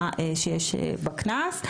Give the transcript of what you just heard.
שיש בה קנס.